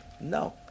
No